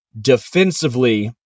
defensively